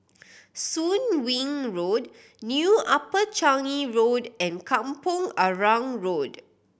Soon Wing Road New Upper Changi Road and Kampong Arang Road